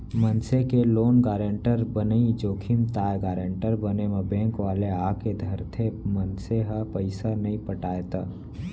मनसे के loan guarantor बनई जोखिम ताय गारेंटर बने म बेंक वाले आके धरथे, मनसे ह पइसा नइ पटाय त